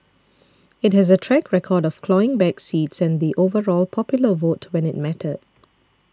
it has a track record of clawing back seats and the overall popular vote when it mattered